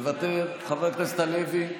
מוותר, חבר הכנסת הלוי,